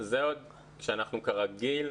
זה עוד כשאנחנו כרגיל.